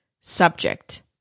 subject